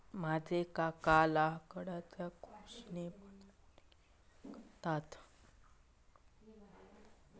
माझे काका लाकडाच्यो खुर्ची बनवून विकतत